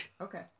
Okay